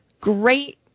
great